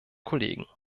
kollegen